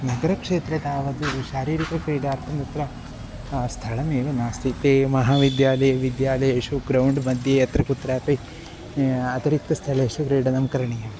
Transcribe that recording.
नगरक्षेत्रे तावत् शारीरिकक्रीडार्थं तत्र स्थलमेव नास्ति ते महाविद्यालये विद्यालयेषु ग्रौण्ड् मध्ये यत्र कुत्रापि अतिरिक्तस्थलेषु क्रीडनं करणीयं